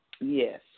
Yes